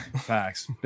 facts